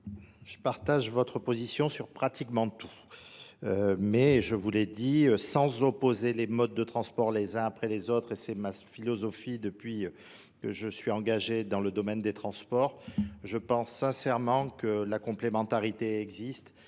Je partage votre position sur pratiquement tout. Mais je vous l'ai dit, sans opposer les modes de transport les uns après les autres, et c'est ma philosophie depuis que je suis engagé dans le domaine des transports, Je pense sincèrement que la complémentarité existe,